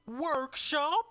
workshop